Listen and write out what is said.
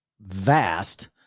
vast